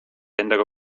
endaga